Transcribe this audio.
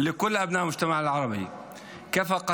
(אומר דברים בשפה הערבית:)